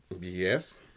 Yes